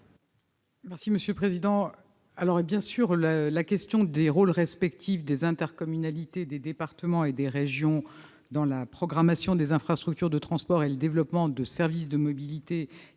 Quel est l'avis du Gouvernement ? La question du rôle respectif des intercommunalités, des départements et des régions dans la programmation des infrastructures de transports et le développement de services de mobilité est